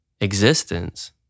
existence